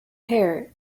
hair